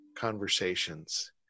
conversations